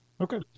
Okay